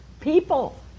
people